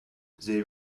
they